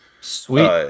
Sweet